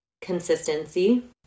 consistency